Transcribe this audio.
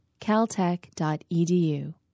caltech.edu